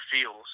feels